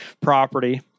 property